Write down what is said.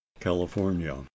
California